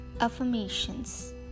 Affirmations